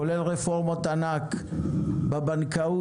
כולל רפורמת ענק בבנקאות,